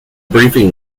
briefing